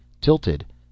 tilted